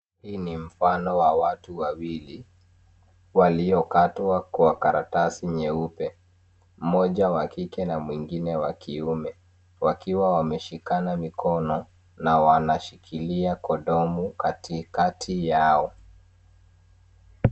Hii ni mfano wa watu wawili, waliokatwa kwa karatasi nyeupe. Mmoja wa kike na mwingine wa kiume, wakiwa wameshikana mikono, na wanashikilia kondomu katikati yao.